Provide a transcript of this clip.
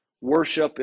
worship